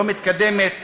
לא מתקדמת